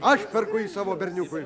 aš perku jį savo berniukui